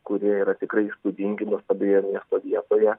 kurie yra tikrai įspūdingi nuostabioje miesto vietoje